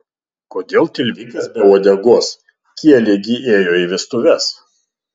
kodėl tilvikas be uodegos kielė gi ėjo į vestuves